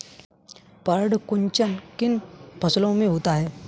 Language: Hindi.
पर्ण कुंचन किन फसलों में होता है?